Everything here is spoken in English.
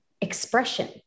expression